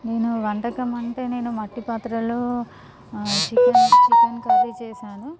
నేను వంటకం అంటే నేను మట్టి పాత్రలో చికెన్ చికెన్ కర్రీ చేశాను